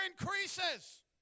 increases